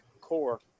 core